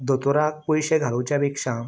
दोतोराक पयशे घालोवचे पेक्षा